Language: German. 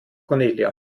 cornelia